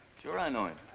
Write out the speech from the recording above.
sure i know him.